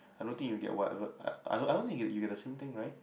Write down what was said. I don't think you get whatever I I I don't think you get the same thing right